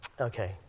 Okay